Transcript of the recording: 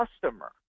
customer